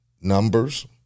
numbers